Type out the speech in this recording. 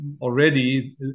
already